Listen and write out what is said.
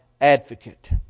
advocate